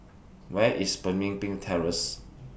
Where IS Pemimpin Terrace